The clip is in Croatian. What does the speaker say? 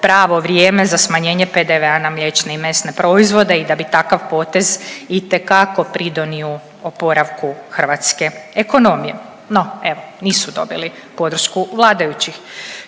pravo vrijeme za smanjenje PDV-a na mliječne i mesne proizvode i da bi takav potez itekako pridonio oporavku hrvatske ekonomije. No, evo nisu dobili podršku vladajućih.